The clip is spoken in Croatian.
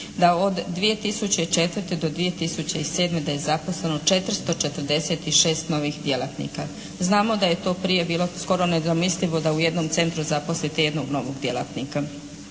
Da od 2004. do 2007. da je zaposleno 446 novih djelatnika. Znamo da je to prije bilo skoro nezamislivo da u jednom centru zaposlite jednog novog djelatnika.